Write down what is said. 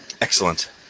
excellent